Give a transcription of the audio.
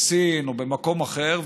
בסין או במקום אחר,